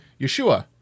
Yeshua